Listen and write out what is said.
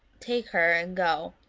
take her, and go,